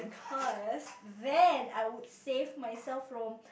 first then I would save myself from